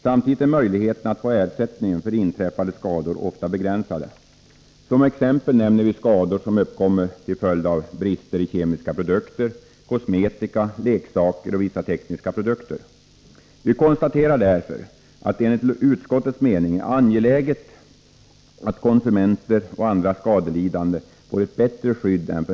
Samtidigt är möjligheterna att få ersättning för inträffade skador ofta begränsade. Som exempel nämner vi skador som uppkommer till följd av brister i kemiska produkter, kosmetika, leksaker och vissa tekniska produkter. Enligt utskottets mening är det därför angeläget att konsumenter och andra skadelidande får ett bättre skydd än f. n.